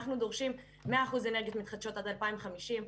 אנחנו דורשים 100% אנרגיות מתחדשות עד 2050,